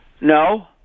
No